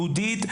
יהודית,